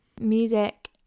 music